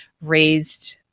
raised